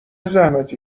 زحمتی